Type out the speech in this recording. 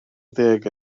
ddeg